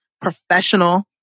professional